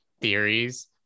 theories